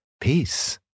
peace